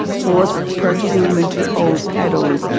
force perfume into old petals,